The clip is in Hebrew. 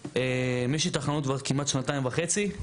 יש לי את החנות כבר כמעט שנתיים וחצי.